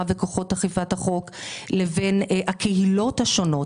וכוחות אכיפת החוק לבין הקהילות השונות?